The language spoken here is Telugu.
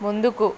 ముందుకు